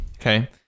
Okay